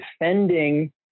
defending